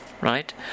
right